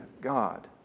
God